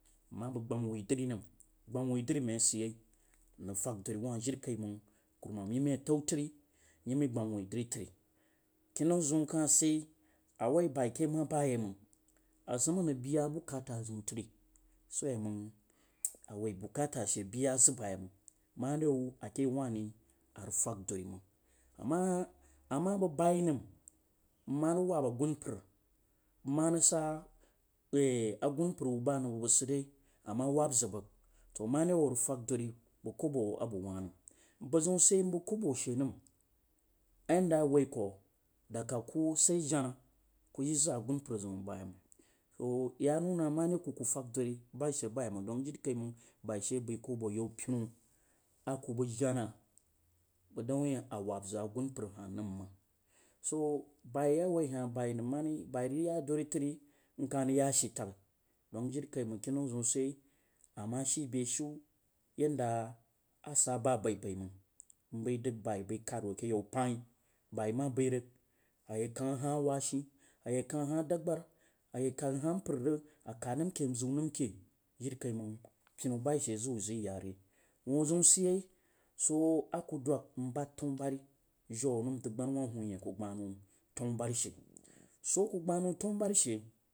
Mma bag gbama wui dri nəm gbana wui dri mai a sidyein rag fag duri wah jin kaimang kuru mam yi maicitao tari nyi gbama wui dri kah kinnau zau kah sidyei awoi bai kema ba yei mang a zim a rag niyu bukatan zjun tari swo a woimang a woi bukata she biya zag bamban mare wuh ake yau wah ri a rəg fag dori məng. Ama bag bai ŋam, ma sid wab agumpar bəg marag sa asumpar wuh ba anang bəg bəg sidri more wuh a rag fag dori bag kebo a bag wah namo mpar zjun sidyei maa kobo she nəm daka ki sai jenah bəg wuh kuyi zag asumpar zaubu ye mang tsah ya nuna more ku ky fas dori bai she bayemang dons jirikai mang nai she bai koh abo pinu a ku bag jena bag dong wuin a wab zog asumpar hah nəm mang, so bai a woi hau bai nəmima boa rag ya dori tarin lah rah ya seh taghi don tarin kah rag ya ashe taghi don jinkikai mang, ama shi be shiu yanda a saba bai bai mang mbai dag bai bai kad wo ke yau paon abi ma bai rag aye kang hahawau shin aye keng ha a dabgur aye kang hah mpar a kad nom ke n ziu nam ke jirikaimang pinu bai she zag wu iya re. Wuh ziu sidyei swo a ku dwas mbad tanu bori jiu dm dubghaba wuh hunyeing ku gbangu tanubari she. su a ku gban nau tanu bari she